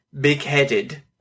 big-headed